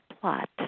plot